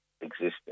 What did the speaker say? existence